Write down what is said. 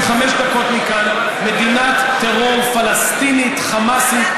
חמש דקות מכאן מדינת טרור פלסטינית חמאסית,